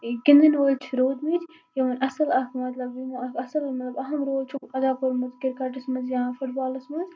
گِندن وٲلۍ چھِ روٗدمٕتۍ یِمن اَصٕل مطلب یِمَو اکھ اَصٕل مطلب اکھ اَہم رول چھُ اَدا کوٚرمُت کِرکٹَس منٛز یا فُٹ بالَس منٛز